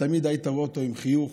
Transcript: תמיד היית רואה אותו עם חיוך,